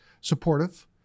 supportive